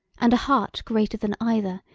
and a heart greater than either,